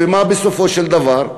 ומה בסופו של דבר?